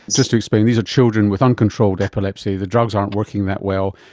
just to explain, these are children with uncontrolled epilepsy, the drugs aren't working that well,